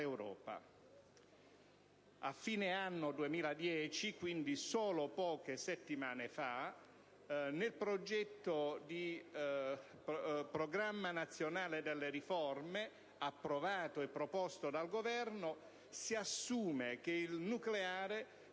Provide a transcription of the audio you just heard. l'Europa. A fine anno 2010 - quindi solo poche settimane fa - nel programma nazionale delle riforme, approvato e proposto dal Governo, si è assunto che il nucleare